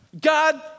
God